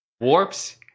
Warps